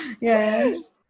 Yes